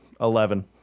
Eleven